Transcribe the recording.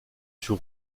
sur